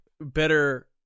better